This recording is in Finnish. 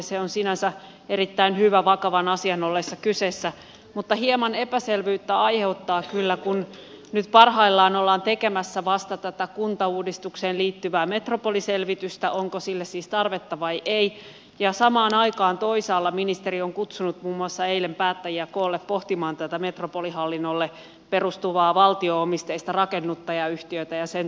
se on sinänsä erittäin hyvä vakavan asian ollessa kyseessä mutta hieman epäselvyyttä aiheuttaa kyllä kun nyt parhaillaan ollaan tekemässä vasta tätä kuntauudistukseen liittyvää metropoliselvitystä onko sille siis tarvetta vai ei ja samaan aikaan toisaalla ministeri on kutsunut muun muassa eilen päättäjiä koolle pohtimaan tätä metropolihallinnolle perustuvaa valtio omisteista rakennuttajayhtiötä ja sen tulevaisuutta